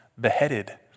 beheaded